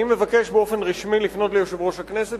אני מבקש באופן רשמי לפנות ליושב-ראש הכנסת